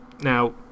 Now